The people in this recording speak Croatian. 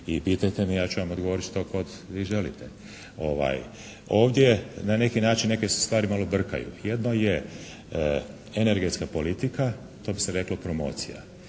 i pitajte me, ja ću vam odgovoriti što god vi želite. Ovdje na neki način neke se stvari malo brkaju. Jedno je energetska politika, to bi se reklo promocija.